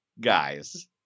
guys